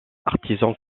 artisans